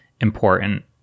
important